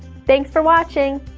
thanks for watching.